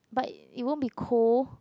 but it won't be cold